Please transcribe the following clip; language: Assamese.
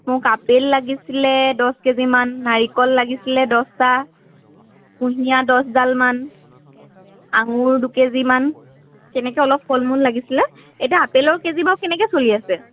মোক আপেল লাগিছিলে দহ কেজিমান নাৰিকল লাগিছিলে দছটা কুঁহিয়াৰ দহডালমান আঙুৰ দুকেজি দুই কেজিমান তেনেকৈ অলপ ফল মূল লাগিছিলে এতিয়া আপেলৰ কেজি বাৰু কেনেকৈ চলি আছে